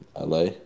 LA